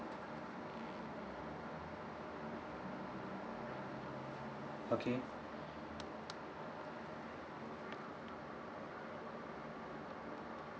okay